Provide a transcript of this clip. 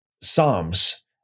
psalms